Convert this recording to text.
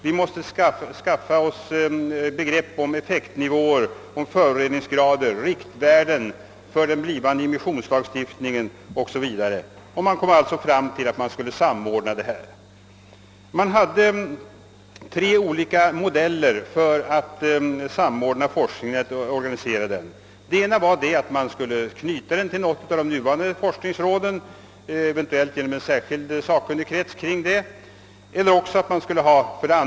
Vi måste skaffa oss begrepp om effektnivåer, föroreningsgrad, riktvärden för den blivande immissionslagstiftningen o.s.v. Man kom alltså fram till att det borde ske en samordning. Det fanns tre olika modeller för organiserandet av forskningen. Den ena avsåg att knyta den till något av de nuvarande forskningsråden, eventuellt med en särskild, sakkunnig grupp.